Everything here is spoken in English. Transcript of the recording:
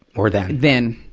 or then? then.